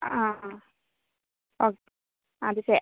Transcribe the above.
ആ ഓക്കേ അത് ചെയ്യാം